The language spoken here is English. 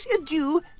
adieu